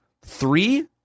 Three